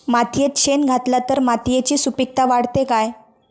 मातयेत शेण घातला तर मातयेची सुपीकता वाढते काय?